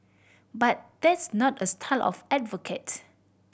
but that's not a style I advocate